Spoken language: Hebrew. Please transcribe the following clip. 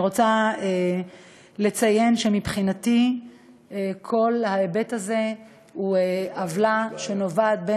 אני רוצה לציין שמבחינתי כל ההיבט הזה הוא עוולה שנובעת,